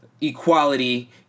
equality